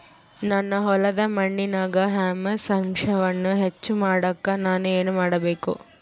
ನನ್ನ ಹೊಲದ ಮಣ್ಣಿನಾಗ ಹ್ಯೂಮಸ್ ಅಂಶವನ್ನ ಹೆಚ್ಚು ಮಾಡಾಕ ನಾನು ಏನು ಮಾಡಬೇಕು?